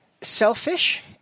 selfish